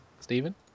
Stephen